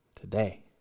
today